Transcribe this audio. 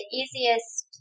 easiest